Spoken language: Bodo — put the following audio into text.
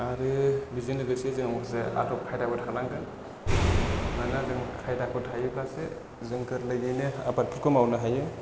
आरो बेजों लोगोसे जों माखासे आदब खायदाबो थानांगोन मानोना जों खायदाफोर थायोब्लासो जों गोरलैयैनो आबादफोरखौ मावनो हायो